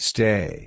Stay